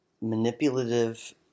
manipulative